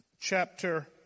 chapter